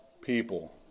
people